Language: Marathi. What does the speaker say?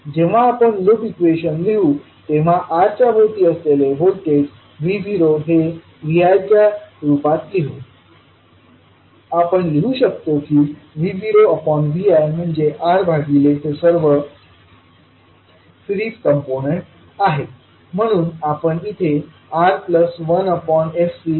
जेव्हा आपण लूप इक्वेशन लिहू आणि R च्या भोवती असलेले व्होल्टेजV0 हे Vi च्या रूपात लिहू आपण लिहू शकतो की V0Vi म्हणजे R भागिले हे सर्व सिरीज कॉम्पोनन्ट्स आहे